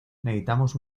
necesitamos